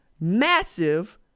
massive